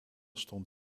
stond